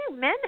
men